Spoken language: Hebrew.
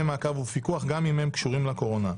מעקב ופיקוח גם אם הם קשורים לקורונה.